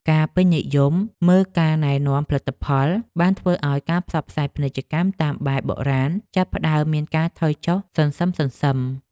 ការពេញនិយមមើលការណែនាំផលិតផលបានធ្វើឱ្យការផ្សាយពាណិជ្ជកម្មតាមបែបបុរាណចាប់ផ្តើមមានការថយចុះសន្សឹមៗ។